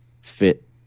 fit